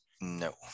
no